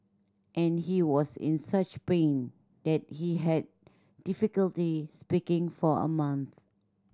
and he was in such pain that he had difficulty speaking for a month